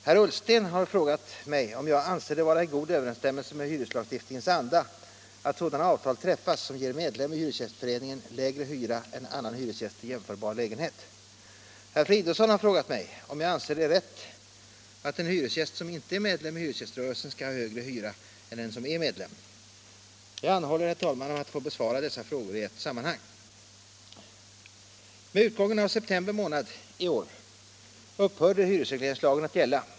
Herr Ullsten har frågat mig om jag anser det vara i god överensstämmelse med hyreslagstiftningens anda att sådana avtal träffas som ger medlem i hyresgästföreningen lägre hyra än annan hyresgäst i jämförbar lägenhet. Herr Fridolfsson har frågat mig om jag anser det rätt att en hyresgäst som icke är medlem i hyresgäströrelsen skall ha högre hyra än en som är medlem. Jag anhåller om att få besvara dessa frågor i ett sammanhang. Med utgången av september månad detta år upphörde hyresregleringslagen att gälla.